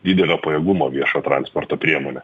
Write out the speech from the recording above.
didelio pajėgumo viešo transporto priemonę